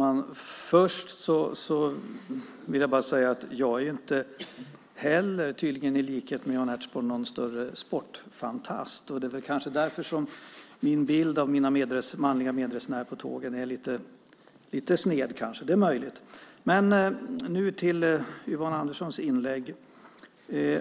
Herr talman! Först vill jag säga att inte heller jag, tydligen i likhet med Jan Ertsborn, är någon större sportfantast. Det är kanske därför som min bild av mina manliga medresenärer på tågen är lite sned. Det är möjligt. Men nu övergår jag till Yvonne Anderssons inlägg. Herr